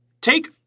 Take